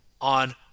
on